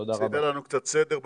עשית לנו קצת סדר בבלגן.